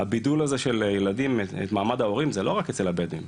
קוראים לזה התעצמות עבריינית.